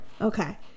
Okay